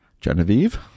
Genevieve